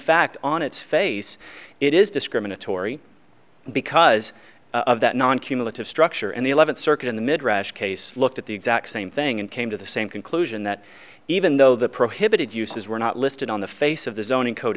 fact on its face it is discriminatory because of that non cumulative structure and the eleventh circuit in the mid rash case looked at the exact same thing and came to the same conclusion that even though the prohibited uses were not listed on the face of the zoning code